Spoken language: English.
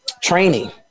training